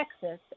Texas